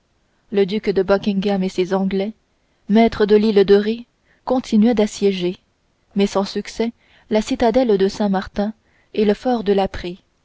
le duc de buckingham et ses anglais maîtres de l'île de ré continuaient d'assiéger mais sans succès la citadelle de saint-martin et le fort de